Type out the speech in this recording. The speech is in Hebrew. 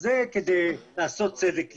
זה כדי לעשות צדק היסטורי.